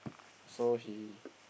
so he